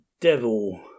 devil